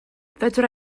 fedra